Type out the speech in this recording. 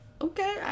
okay